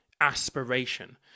aspiration